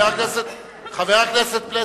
חבר הכנסת פלסנר,